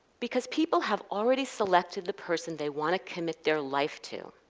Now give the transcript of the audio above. because people have already selected the person they want to commit their life to.